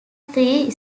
three